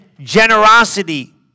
Generosity